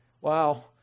wow